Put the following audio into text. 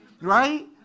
Right